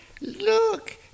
Look